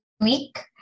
Week